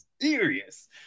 Serious